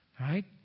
right